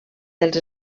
dels